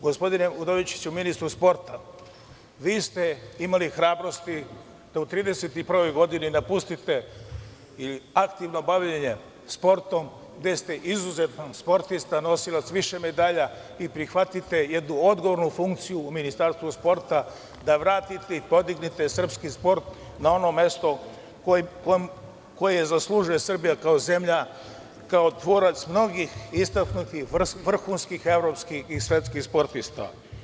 Gospodine Udovičiću, ministru sporta, vi ste imali hrabrosti da u 31-oj godini napustite aktivno bavljenje sportom gde ste izuzetan sportista, nosilac više medalja i prihvatite jednu odgovornu funkciju u Ministarstvu sporta, da vratite i podignete srpski sport na ono mesto koje zaslužuje Srbija kao zemlja, kao tvorac mnogih istaknutih vrhunskih, evropskih i svetskih sportista.